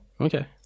Okay